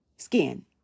skin